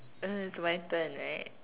uh it's my turn right